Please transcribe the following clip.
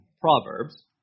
Proverbs